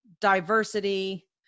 diversity